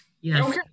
Yes